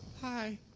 Hi